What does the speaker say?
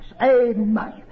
Amen